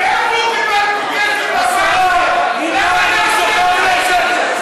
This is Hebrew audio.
מאיפה הוא קיבל כסף לפריימריז?